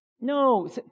No